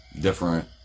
different